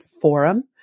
forum